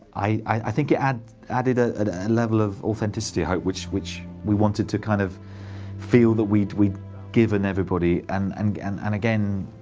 i think it added added ah a level of authenticity, i hope, which which we wanted to kind of feel that we'd we'd given everybody and and and and again,